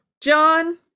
John